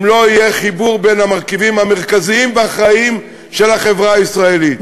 לא יהיה חיבור בין המרכיבים המרכזיים בחיים של החברה הישראלית.